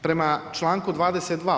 Prema članku 22.